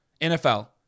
NFL